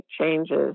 changes